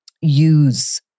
use